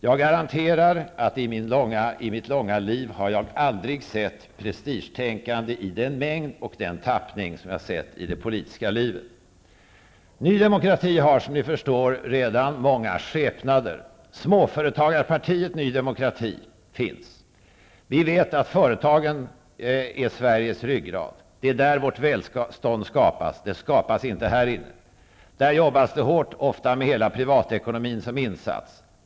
Jag garanterar att jag i mitt långa liv aldrig har sett prestigetänkande i den mängd och den tappning som jag har sett i det politiska livet. Ny demokrati har, som ni förstår, många skepnader. Småföretagarpartiet Ny demokrati finns. Vi vet att företagen är Sveriges ryggrad. Det är där vårt välstånd skapas. Det skapas inte här inne. Där jobbas det hårt, ofta med hela privatekonomin som insats.